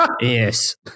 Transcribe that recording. Yes